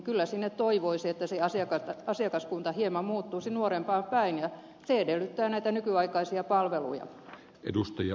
kyllä sinne toivoisi että se asiakaskunta hieman muuttuisi nuorempaan päin ja se edellyttää näitä nykyaikaisia palveluja